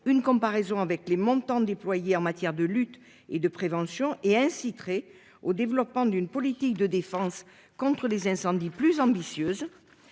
une comparaison avec les montants déployés en matière de lutte et de prévention et inciterait au développement d'une politique de défense contre les incendies plus ambitieuse.